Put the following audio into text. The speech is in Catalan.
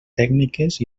tècniques